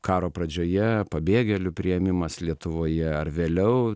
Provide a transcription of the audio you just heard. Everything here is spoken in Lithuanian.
karo pradžioje pabėgėlių priėmimas lietuvoje ar vėliau